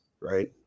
right